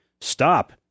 Stop